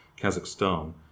Kazakhstan